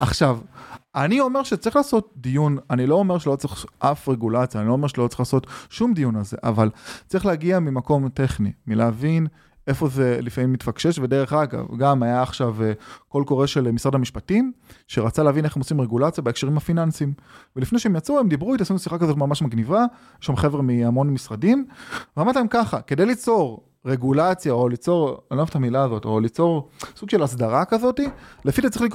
עכשיו, אני אומר שצריך לעשות דיון, אני לא אומר שלא צריך אף רגולציה, אני לא אומר שלא צריך לעשות שום דיון על זה, אבל צריך להגיע ממקום טכני, מלהבין איפה זה לפעמים מתפקשש, ודרך אגב, גם היה עכשיו קול קורא של משרד המשפטים, שרצה להבין איך הם עושים רגולציה בהקשרים הפיננסיים, ולפני שהם יצאו, הם דיברו איתי, עשינו שיחה כזאת ממש מגניבה, היו שם חבר מהמון משרדים, ואמרתי להם ככה, כדי ליצור רגולציה, או ליצור... אני לא אוהב את המילה הזאת, או ליצור... סוג של הסדרה כזאתי, לפי דעתי צריך לקרות...